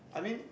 I mean